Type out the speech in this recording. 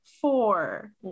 four